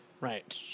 Right